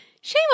shame